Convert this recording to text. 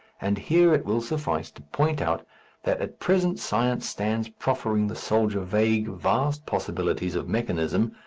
and here it will suffice to point out that at present science stands proffering the soldier vague, vast possibilities of mechanism,